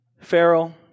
Pharaoh